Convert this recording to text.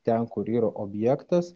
ten kur yra objektas